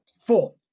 four